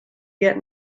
get